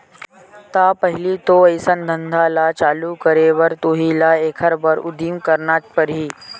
त पहिली तो अइसन धंधा ल चालू करे बर तुही ल एखर बर उदिम करना परही